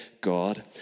God